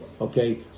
Okay